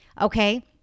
Okay